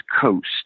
Coast